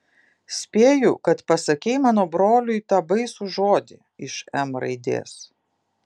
spėju kad pasakei mano broliui tą baisų žodį iš m raidės